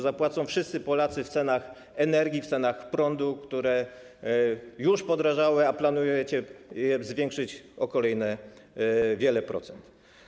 Zapłacą wszyscy Polacy w cenach energii, w cenach prądu, które już wzrosły, a planujecie je zwiększyć o kolejne wiele procent.